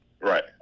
Right